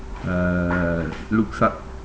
uh looks up